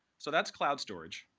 so that's cloud storage,